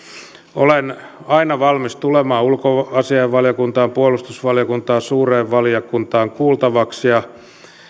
olen aina valmis tulemaan ulkoasiainvaliokuntaan puolustusvaliokuntaan suureen valiokuntaan kuultavaksi ja